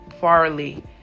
Farley